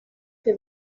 que